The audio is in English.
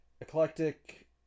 Eclectic